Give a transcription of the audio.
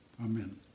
Amen